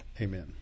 Amen